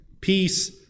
peace